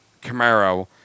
Camaro